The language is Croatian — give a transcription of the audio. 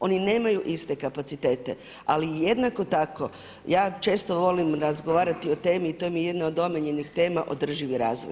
Oni nemaju iste kapacitete, ali i jednako tako ja često volim razgovarati o temi i to mi je jedna od omiljenih tema održivi razvoj.